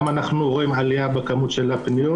אנחנו גם רואים עלייה בכמות של הפניות.